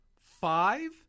five